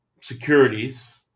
securities